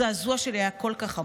הזעזוע שלי היה כל כך עמוק: